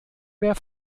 mehr